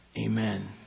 amen